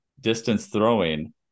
distance-throwing